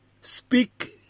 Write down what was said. Speak